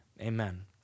Amen